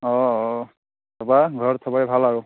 অঁ অঁ তাৰপৰা ঘৰত চবৰে ভাল আৰু